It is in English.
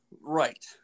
right